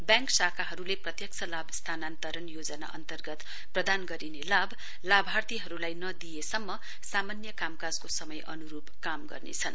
bank शाखाहरूले प्रत्यक्ष लाभ स्थानान्तरण योजना अन्तर्गत प्रदान गरिने लाभ लाभार्थीहरूलाई नदिइएसम्म सामान्य कामकाजको समय अनुरूप काम गर्नेछन्